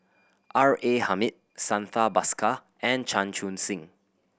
R A Hamid Santha Bhaskar and Chan Chun Sing